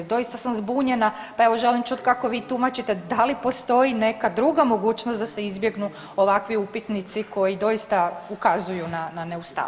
Doista za zbunjena, pa evo, želim čuti kako vi tumačite, da li postoji neka druga mogućnost da se izbjegnu ovakvi upitnici koji doista ukazuju na neustavnost.